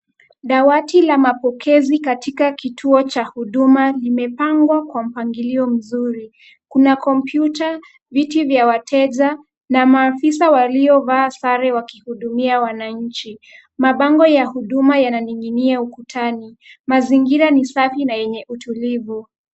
Dawati la mapokezi katika kituo cha huduma limepangwa kwa mpangilio mzuri. Kuna kompyuta, viti vya wateja na maafisa waliovaa sare wakihudumia wananchi. Mabango ya huduma yananing'inia ukutani. Mazingira ni safi na yenye utulivu.